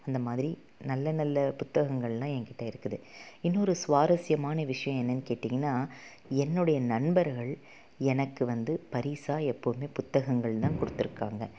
அந்தமாதிரி நல்ல நல்ல புத்தகங்கள்லாம் எங்கிட்ட இருக்குது இன்னொரு சுவாரிசமான விஷயம் என்னென்னு கேட்டிங்கன்னால் என்னுடைய நண்பர்கள் எனக்கு வந்து பரிசாக எப்பவுமே புத்தகங்கள்தான் கொடுத்துருக்காங்க